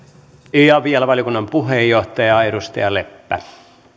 ja vielä valiokunnan puheenjohtaja edustaja leppä